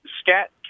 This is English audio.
scat